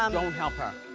um don't help her,